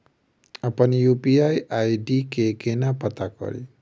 अप्पन UPI ID केना पत्ता कड़ी?